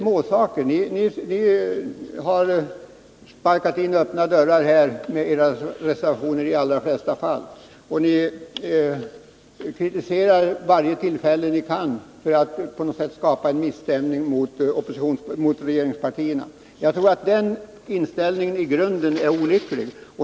Ni har med era reservationer i de allra flesta fallen sparkat in öppna dörrar. Vid varje möjligt tillfälle kritiserar ni regeringen för att skapa misstämning när det gäller regeringspartierna. Den inställningen är i grunden olycklig.